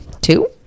Two